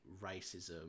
racism